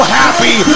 happy